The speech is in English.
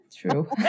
True